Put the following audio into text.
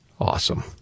Awesome